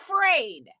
afraid